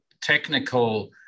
technical